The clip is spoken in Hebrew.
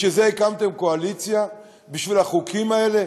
בשביל זה הקמתם קואליציה, בשביל החוקים האלה?